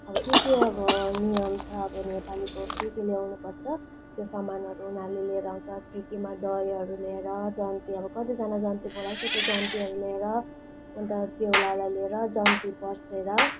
अब के के अब नियम छ अब नेपालीको के के ल्याउनु पर्छ त्यो सामानहरू उनीहरले लिएर आउँछ ठेकीमा दहीहरू लिएर जन्ती अब कतिजाना बोलाएको छ त्यो जन्तीहरू लिएर अन्त बेहुलालाई लिएर जन्ती पर्सेर